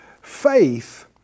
Faith